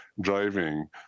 driving